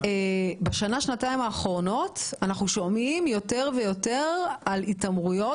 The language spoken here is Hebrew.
בשנתיים האחרונות אנחנו שומעים יותר ויותר על התעמרויות